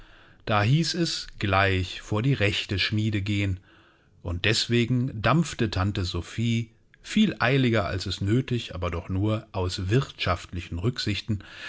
da hieß es gleich vor die rechte schmiede gehen und deswegen dampfte tante sophie viel eiliger als es nötig aber doch nur aus wirtschaftlichen rücksichten